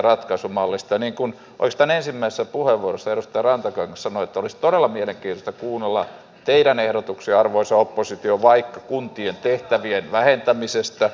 niin kuin oikeastaan ensimmäisessä puheenvuorossa edustaja rantakangas sanoi olisi todella mielenkiintoista kuunnella teidän ehdotuksianne arvoisa oppositio vaikka kuntien tehtävien vähentämisestä